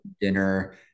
dinner